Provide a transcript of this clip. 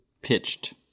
pitched